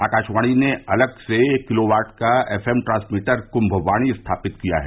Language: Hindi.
आकाशवाणी ने अलग से एक किलोवाट का एफ एम ट्रांसमीटर कुम्भवाणी स्थापित किया है